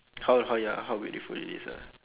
how how ya how beautiful it is ah